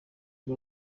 rwo